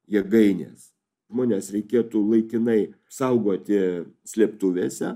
jėgainės žmones reikėtų laikinai saugoti slėptuvėse